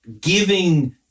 giving